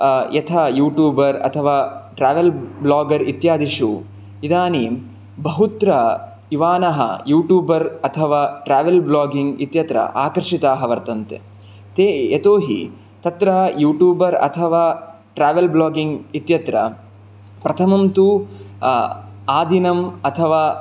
यथा यूटूबर् अथवा travel blogger इत्यादिषु इदानीं बहुत्र युवानः यूटूबर् अथवा ट्रेवल् ब्लागिङ्ग् इत्यत्र आकर्षिताः वर्तन्ते ते यतोहि तत्र यूटूबर् अथवा ट्रेवल् ब्लागिङ्ग् इत्यत्र प्रथमं तु आदिनम् अथवा